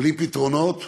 בלי פתרונות,